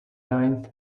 ninth